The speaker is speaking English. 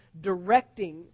directing